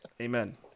Amen